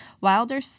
Wilder